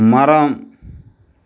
மரம்